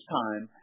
time